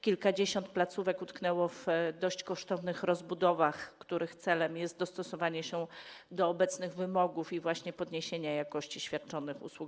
Kilkadziesiąt placówek utknęło w dość kosztownych rozbudowach, których celem jest dostosowanie się do obecnych wymogów i właśnie podniesienie jakości świadczonych usług.